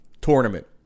tournament